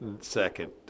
second